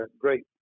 great